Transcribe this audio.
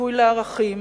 כביטוי לערכים,